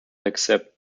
except